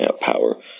power